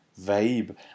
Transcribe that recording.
vibe